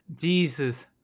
Jesus